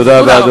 תודה רבה.